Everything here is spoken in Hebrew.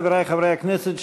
חברי חברי הכנסת,